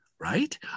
Right